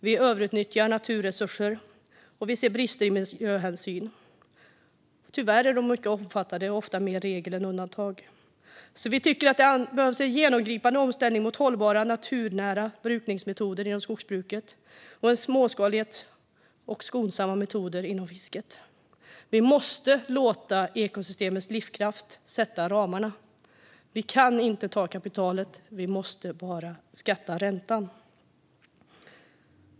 Vi överutnyttjar naturresurser, och vi brister i miljöhänsyn - tyvärr på ett mycket omfattande sätt och mer som regel än undantag. Miljöpartiet tycker därför att det behövs en genomgripande omställning till hållbara, naturnära brukningsmetoder inom skogsbruket och till en småskalighet och skonsamma metoder inom fisket. Vi måste låta ekosystemens livskraft sätta ramarna. Vi kan inte ta kapitalet; vi måste skatta bara räntan.